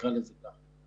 נקרא לזה כך.